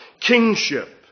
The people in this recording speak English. kingship